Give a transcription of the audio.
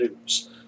news